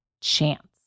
chance